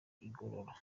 igorora